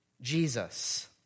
Jesus